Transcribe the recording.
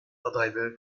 adaylığı